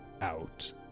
out